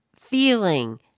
feeling